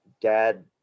dad